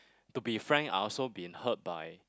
to be frank I also been hurt by